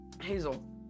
Hazel